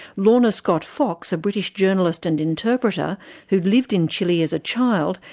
lorna scott fox, a british journalist and interpreter who'd lived in chile as a child,